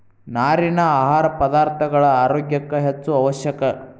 ನಾರಿನ ಆಹಾರ ಪದಾರ್ಥಗಳ ಆರೋಗ್ಯ ಕ್ಕ ಹೆಚ್ಚು ಅವಶ್ಯಕ